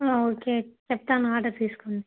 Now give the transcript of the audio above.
okay చెప్తాను order తీసుకోండి